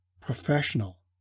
professional